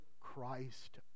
Christ